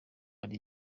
hari